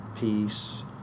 peace